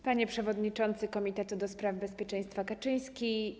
Panie Przewodniczący Komitetu do Spraw Bezpieczeństwa Kaczyński!